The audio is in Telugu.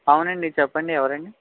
అవునండి చెప్పండి ఎవరండి